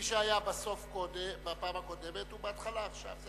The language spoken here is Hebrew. מי שהיה בסוף בפעם הקודמת הוא בהתחלה עכשיו.